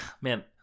man